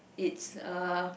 it's uh